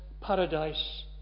paradise